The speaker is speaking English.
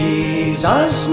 Jesus